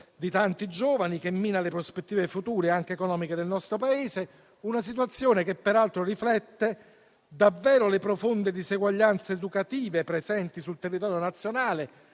di tanti giovani, che mina le prospettive future anche economiche del nostro Paese. Una situazione che peraltro riflette davvero le profonde diseguaglianze educative presenti sul territorio nazionale